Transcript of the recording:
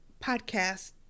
podcast